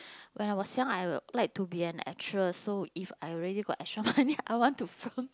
when I was young I will like to be an actress so if I really got extra money I want to film